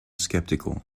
sceptical